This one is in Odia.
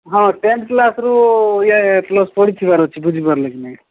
ହଁ ଟେନ୍ଥ୍ କ୍ଲାସରୁୁ ଇଏ କ୍ଲାସ୍ ପଢ଼ିଥିବାର ଅଛି ବୁଝିପାରିଲେ କି ନାଇଁ